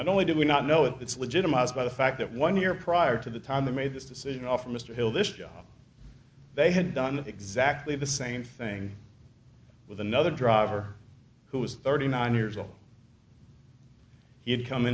not only do we not know that it's legitimized by the fact that one year prior to the time they made this decision offer mr hill this job they had done exactly the same thing with another driver who was thirty nine years old he had come